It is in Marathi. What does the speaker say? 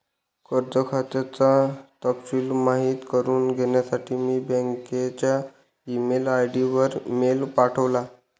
कर्ज खात्याचा तपशिल माहित करुन घेण्यासाठी मी बँकच्या ई मेल आय.डी वर मेल पाठवला